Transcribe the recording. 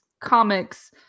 comics